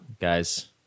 guys